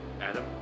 Adam